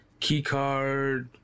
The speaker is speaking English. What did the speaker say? keycard